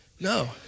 No